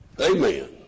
Amen